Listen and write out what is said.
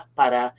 para